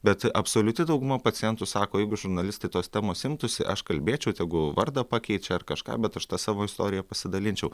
bet absoliuti dauguma pacientų sako jeigu žurnalistai tos temos imtųsi aš kalbėčiau tegu vardą pakeičia ar kažką bet aš ta savo istorija pasidalinčiau